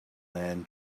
man